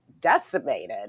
decimated